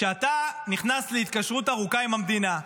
כשאתה נכנס להתקשרות ארוכה עם המדינה,